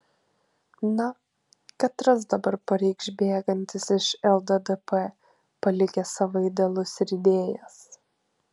na katras dabar pareikš bėgantis iš lddp palikęs savo idealus ir idėjas